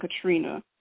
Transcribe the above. Katrina